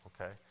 Okay